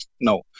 No